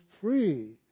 free